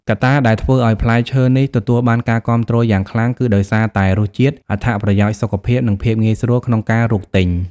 កត្តាដែលធ្វើឱ្យផ្លែឈើនេះទទួលបានការគាំទ្រយ៉ាងខ្លាំងគឺដោយសារតែ រសជាតិ អត្ថប្រយោជន៍សុខភាព និងភាពងាយស្រួលក្នុងការរកទិញ។